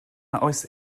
oes